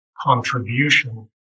contribution